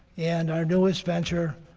and our newest venture,